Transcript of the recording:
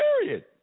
period